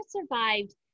survived